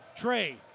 Trey